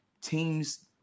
teams